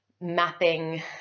mapping